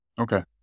Okay